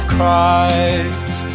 Christ